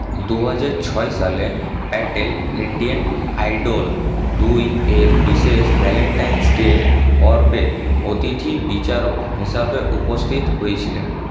দু হাজার ছয় সালে প্যাটেল ইন্ডিয়ান আইডল দুই এর বিশেষ ভ্যালেন্টাইনস ডে পর্বে অতিথি বিচারক হিসাবে উপস্থিত হয়েছিলেন